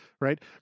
right